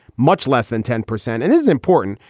much less than ten percent and is important.